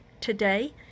today